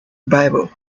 bible